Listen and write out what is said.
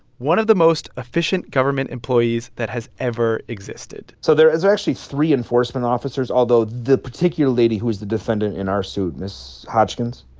one of the most efficient government employees that has ever existed. so there is actually three enforcement officers, although the particular lady who is the defendant in our suit, miss hoskins,